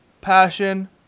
passion